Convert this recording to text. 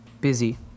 busy